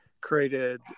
created